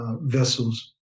vessels